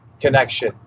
connection